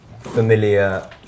familiar